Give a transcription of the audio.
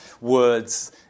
words